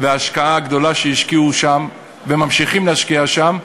וההשקעה הגדולה שהשקיעו שם וממשיכים להשקיע שם,